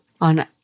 on